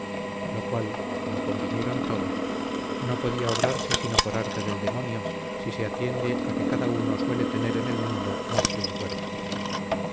lo cual como convinieron todos no podía obrarse sino por arte del demonio si se atiende a que cada uno suele tener en el mundo más que un cuerpo